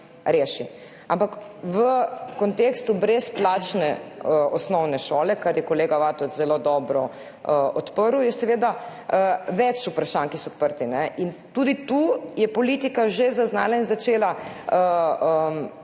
reši. Ampak v kontekstu brezplačne osnovne šole, kar je kolega Vatovec zelo dobro odprl, je seveda več vprašanj, ki so odprta. In tudi tu je politika že zaznala in začela